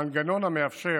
מנגנון המאפשר